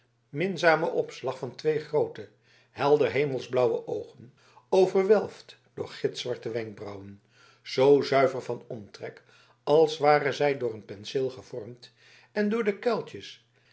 minzamen opslag van twee groote helder hemelsblauwe oogen overwelfd door gitzwarte wenkbrauwen zoo zuiver van omtrek als waren zij door een penseel gevormd en door de kuiltjes